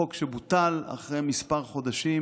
חוק שבוטל אחרי כמה חודשים,